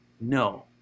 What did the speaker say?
No